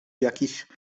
jakiś